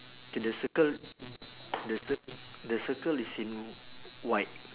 K the circle the cir~ the circle is in white